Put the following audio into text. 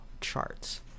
charts